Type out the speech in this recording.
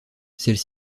celle